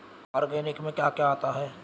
Organic में क्या क्या आता है?